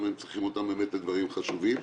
הם צריכים אותם לדברים חשובים.